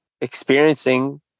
experiencing